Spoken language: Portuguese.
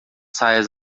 saias